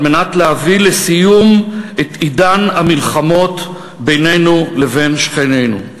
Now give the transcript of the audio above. על מנת להביא לסיום עידן המלחמות בינינו לבין שכנינו.